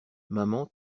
maman